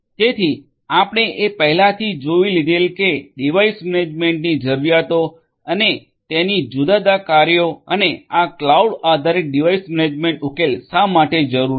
તેથી આપણે એ પહેલાથી જોઈ લીધેલ કે ડિવાઇસ મેનેજમેન્ટની જરૂરિયાતો અને તેની જુદા જુદા કાર્યો અને આ ક્લાઉડ આધારિત ડિવાઇસ મેનેજમેન્ટ ઉકેલ શા માટે જરૂરી છે